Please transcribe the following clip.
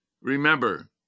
Remember